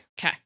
Okay